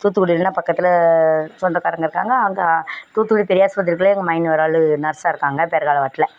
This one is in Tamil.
தூத்துக்குடி இல்லைன்னா பக்கத்தில் சொந்தகாரங்க இருக்காங்க அங்கே தூத்துக்குடி பெரியாஸ்பத்திரிக்குள்ளே எங்கள் மதினி ஒரு ஆள் நர்ஸ்ஸாக இருக்காங்க பேருகார்டுவார்டில்